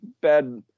bad –